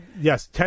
Yes